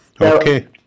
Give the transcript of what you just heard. Okay